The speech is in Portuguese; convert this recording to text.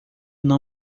não